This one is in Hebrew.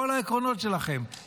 כל העקרונות שלכם.